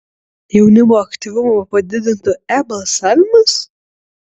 jaunimo aktyvumą padidintų e balsavimas